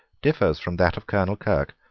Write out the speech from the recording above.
differs from that of colonel kirke.